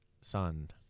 son